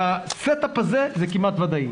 בסט-אפ הזה זה כמעט ודאי.